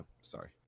Sorry